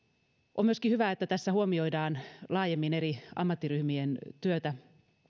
on myöskin hyvä että tässä huomioidaan laajemmin eri ammattiryhmien työtä